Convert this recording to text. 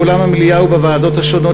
באולם המליאה ובוועדות השונות,